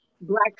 black